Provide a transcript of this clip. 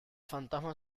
fantasma